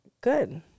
Good